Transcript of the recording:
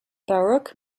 baruch